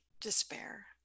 despair